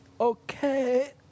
Okay